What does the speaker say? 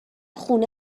خونه